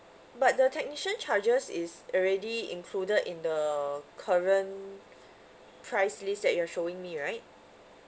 but the technician charges is already included in the current price list that you are showing me right